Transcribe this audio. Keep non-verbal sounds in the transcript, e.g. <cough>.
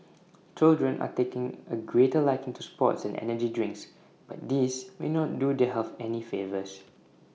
<noise> children are taking A greater liking to sports and energy drinks but these may not do their health any favours